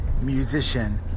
musician